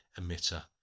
emitter